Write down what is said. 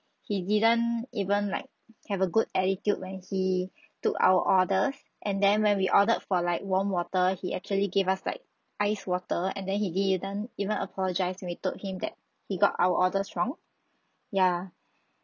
he didn't even like have a good attitude when he took our orders and then when we ordered for like warm water he actually gave us like iced water and then he didn't even apologize when we told him that he got our orders wrong ya